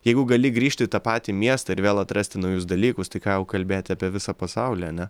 jeigu gali grįžti į tą patį miestą ir vėl atrasti naujus dalykus tai ką jau kalbėti apie visą pasaulį ane